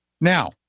Now